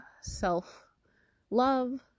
self-love